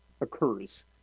occurs